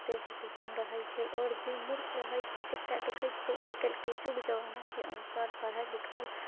कते वैल्यू सन रहै छै आओर जे मूर्ख रहै छै तकरा देखै छियै आइ काल्हिके युग जमानाके अनुसार पढ़ल लिखल